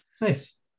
Nice